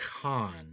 con